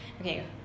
Okay